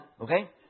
okay